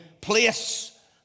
place